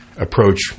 approach